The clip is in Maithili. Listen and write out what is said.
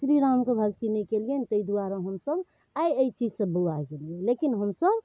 श्री रामके भक्ति नहि केलियनि तैं दुआरे हमसब आइ एहि चीज सऽ बौआ गेलियै लेकिन हमसब